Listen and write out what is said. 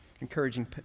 Encouraging